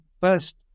first